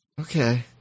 okay